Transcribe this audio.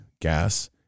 gas